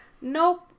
nope